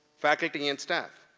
faculty and staff.